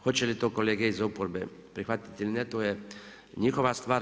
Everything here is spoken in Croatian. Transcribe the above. Hoće li to kolege iz oporbe prihvatiti ili ne, to je njihova stvar.